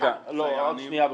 רק שנייה ברשותכם.